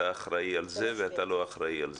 אתה אחראי על זה ואתה לא אחראי על זה.